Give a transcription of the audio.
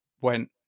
went